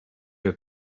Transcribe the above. your